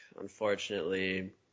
unfortunately